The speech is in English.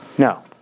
No